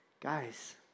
guys